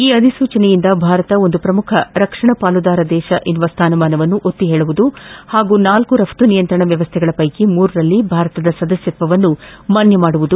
ಈ ಅಧಿಸೂಚನೆಯಿಂದ ಭಾರತ ಒಂದು ಪ್ರಮುಖ ರಕ್ಷಣ ಪಾಲುದಾರ ದೇಸ ಎಂಬ ಸ್ಥಾನಮಾನವನ್ನು ಒತ್ತಿ ಹೇಳುವುದು ಹಾಗೂ ನಾಲ್ಕ ರಘ್ತು ನಿಯಂತ್ರಣ ವ್ಯವಸ್ಥೆಗಳ ಪೈಕಿ ಮೂರರಲ್ಲಿ ಭಾರತದ ಸದಸ್ಯತ್ವವನ್ನು ಮಾನ್ಯ ಮಾಡುವುದು